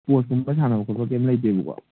ꯁ꯭ꯄꯣꯔꯠꯁꯀꯨꯝꯕ ꯁꯥꯟꯅꯕ ꯈꯣꯠꯄ ꯀꯩꯝ ꯂꯩꯇꯦꯕꯀꯣ